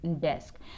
desk